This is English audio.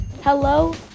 Hello